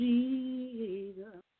Jesus